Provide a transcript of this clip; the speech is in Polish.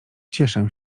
cieszę